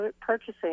purchasing